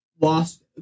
lost